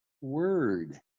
word